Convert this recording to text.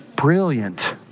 Brilliant